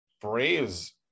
Braves